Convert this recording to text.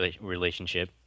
relationship